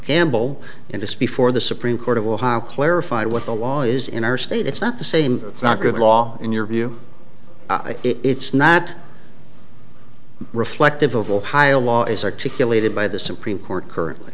gamble in this before the supreme court of ohio clarified what the law is in our state it's not the same it's not good law in your view it's not reflective of ohio law as articulated by the supreme court currently